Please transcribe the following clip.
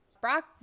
Brock